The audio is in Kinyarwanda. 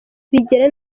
bigera